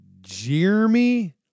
Jeremy